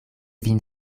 vin